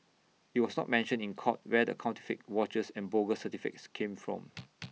IT was not mentioned in court where the counterfeit watches and bogus certificates came from